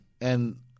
and-